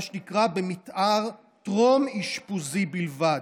מה שנקרא, במתאר טרום-אשפוזי בלבד,